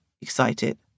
excited